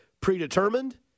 predetermined